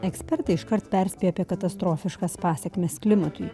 ekspertai iškart perspėjo apie katastrofiškas pasekmes klimatui